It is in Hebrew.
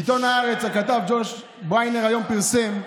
בעיתון הארץ, הכתב ג'וש בריינר היום פרסם שהמשטרה,